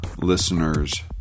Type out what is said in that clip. listeners